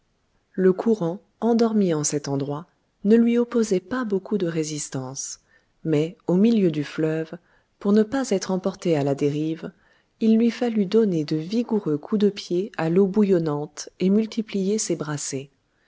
le courant endormi en cet endroit ne lui opposait pas beaucoup de résistance mais au milieu du fleuve pour ne pas être emportée à la dérive il lui fallut donner de vigoureux coups de pied à l'eau bouillonnante et multiplier